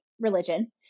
religion